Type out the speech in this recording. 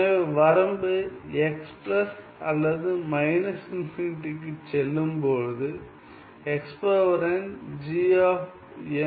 எனவே வரம்பு x plus அல்லது மைனஸ் இன்ஃபினிட்டிக்குச் செல்லும்போது xNg0